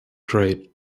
trade